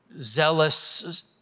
zealous